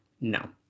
No